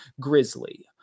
Grizzly